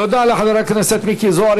תודה לחבר הכנסת מיקי זוהר.